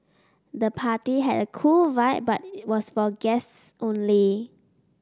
the party had a cool vibe but was for guests only